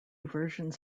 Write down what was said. versions